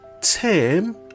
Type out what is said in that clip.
Tim